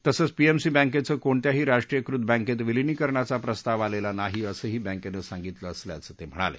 तसंच पीएमसी बँकेचं कोणत्याही राष्ट्रीयीकृत बँकेत विलीनीकरणाचा प्रस्ताव आलेला नाही असंही बँकेनं सांगितलं असल्याचं ते म्हणाले